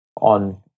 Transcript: on